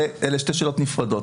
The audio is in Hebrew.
אלה שתי שאלות נפרדות.